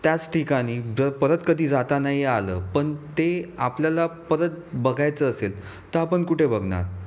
त्याच ठिकाणी जर परत कधी जाता नाही आलं पण ते आपल्याला परत बघायचं असेल तर आपण कुठे बघणार